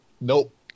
nope